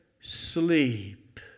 sleep